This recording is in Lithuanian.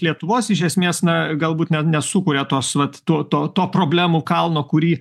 lietuvos iš esmės na galbūt net nesukuria tos vat to to to problemų kalno kurį